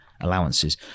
Allowances